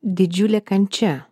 didžiulė kančia